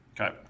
Okay